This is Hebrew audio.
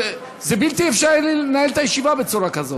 זה בלתי אפשרי לנהל את הישיבה בצורה כזאת.